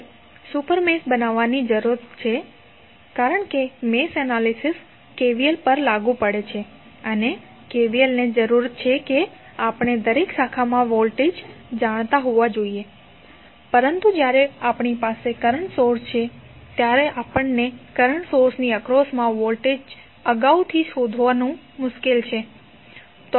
હવે super mesh બનાવવાની જરૂર છે કારણ કે મેશ એનાલિસિસ KVL પર લાગુ પડે છે અને KVL ને જરૂર છે કે આપણે દરેક શાખામાં વોલ્ટેજ જાણતા હોવા જોઈએ પરંતુ જ્યારે આપણી પાસે કરંટ સોર્સ છે ત્યારે આપણને કરંટ સોર્સની એક્રોસમા વોલ્ટેજ અગાઉથી શોધવાનું મુશ્કેલ છે